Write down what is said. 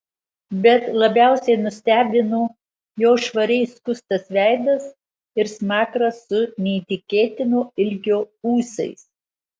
bet labiausiai nustebino jo švariai skustas veidas ir smakras su neįtikėtino ilgio ūsais